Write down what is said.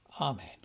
Amen